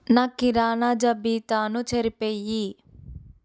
నా కిరాణా జబీతాను చెరిపేయి